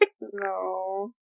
No